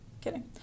Kidding